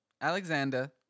Alexander